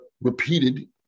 repeated